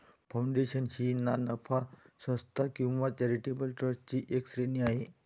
foundation ही ना नफा संस्था किंवा चॅरिटेबल ट्रस्टची एक श्रेणी आहे